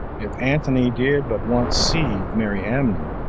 if antony did but once see mariamne,